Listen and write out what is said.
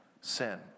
sin